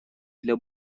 для